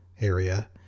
area